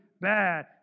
bad